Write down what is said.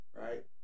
right